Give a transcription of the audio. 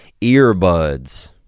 earbuds